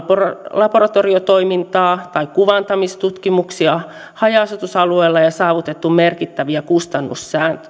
laboratoriotoimintaa tai kuvantamistutkimuksia haja asutusalueella ja ja saavutettu merkittäviä kustannussäästöjä